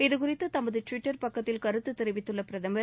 இது குறித்து தனது டுவிட்டர் பக்கத்தில் கருத்து தெரிவித்துள்ள பிரதமர்